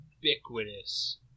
ubiquitous